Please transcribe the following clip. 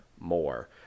more